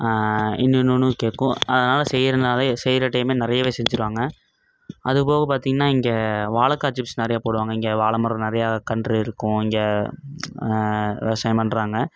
இன்னும் இன்னொன்னும் கேட்கும் அதனால் செய்கிறனாலே செய்கிற டைம் நிறையவே செஞ்சிடுவாங்க அது போக பார்த்திங்கன்னா இங்கே வாழக்காய் சிப்ஸ் நிறையா போடுவாங்க இங்கே வாழமரம் நிறையா கன்று இருக்கும் இங்கே விவசாயம் பண்ணுறாங்க